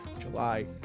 July